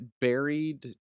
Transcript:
buried